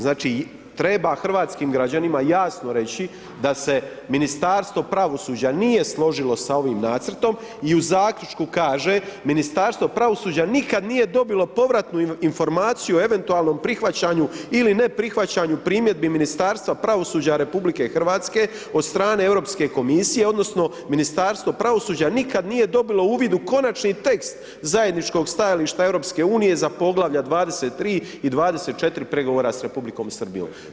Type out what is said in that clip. Znači treba hrvatskim građanima jasno reći da se Ministarstvo pravosuđa nije složilo sa ovim nacrtom i u zaključku kaže Ministarstvo pravosuđa nikad nije dobilo povratnu informaciju o eventualnom prihvaćanju ili neprihvaćanju primjedbi Ministarstva pravosuđa RH od strane Europske komisije odnosno Ministarstvo pravosuđa nikad nije dobilo uvid u konačni tekst zajedničkog stajališta EU-a za poglavlja 23. i 24. pregovora s Republikom Srbijom.